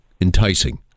enticing